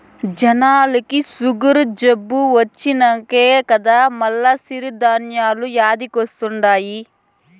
జనాలకి సుగరు జబ్బు వచ్చినంకనే కదా మల్ల సిరి ధాన్యాలు యాదికొస్తండాయి